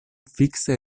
fikse